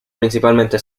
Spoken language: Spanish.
principalmente